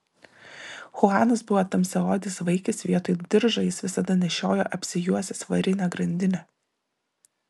chuanas buvo tamsiaodis vaikis vietoj diržo jis visada nešiojo apsijuosęs varinę grandinę